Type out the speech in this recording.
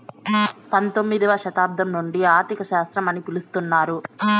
పంతొమ్మిదవ శతాబ్దం నుండి ఆర్థిక శాస్త్రం అని పిలుత్తున్నారు